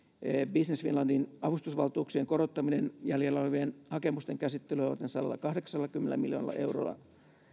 business finlandin avustusvaltuuksien korottaminen jäljellä olevien hakemusten käsittelyä varten sadallakahdeksallakymmenellä miljoonalla eurolla